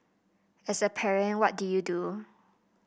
as a parent what do you do